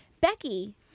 Becky